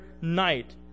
night